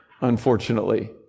unfortunately